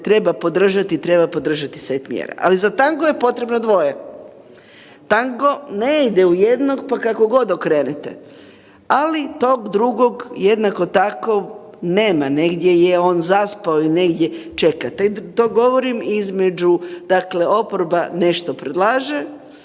treba podržati set mjera, ali za tango je potrebno dvoje. Tango ne ide u jednog pa kako god okrenete, ali tog drugo jednako tako nema negdje je on zaspao i negdje čeka. To govorim između, dakle oporba nešto predlaže,